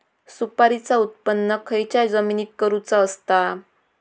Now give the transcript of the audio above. सुपारीचा उत्त्पन खयच्या जमिनीत करूचा असता?